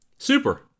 Super